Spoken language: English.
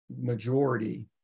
majority